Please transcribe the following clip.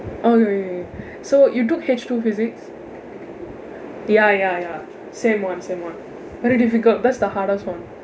okay so you took H two physics ya ya ya same one same mod very difficult that's the hardest [one]